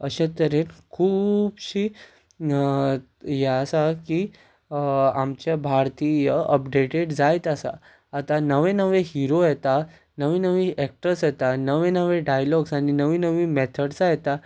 अशे तरेन खुबशी हे आसा की आमचे भारतीय अपडेटेड जायत आसा आतां नवे नवे हिरो येता नवी नवी एक्टर्स येता नवे नवे डायलोग्स आनी नवी नवी मेथ्सां येता